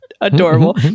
adorable